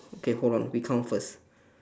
okay hold on we count first